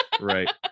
Right